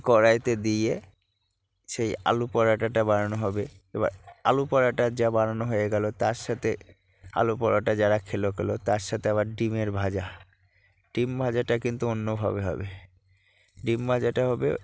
কড়াইতে দিয়ে সেই আলু পরোটাটা বানানো হবে এবার আলু পরোটা যা বানানো হয়ে গেল তার সাথে আলু পরোটা যারা খেলো খেলো তার সাথে আবার ডিমের ভাজা ডিম ভাজাটা কিন্তু অন্যভাবে হবে ডিম ভাজাটা হবে